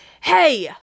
hey